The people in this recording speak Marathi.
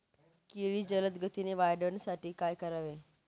केळी जलदगतीने वाढण्यासाठी काय करावे?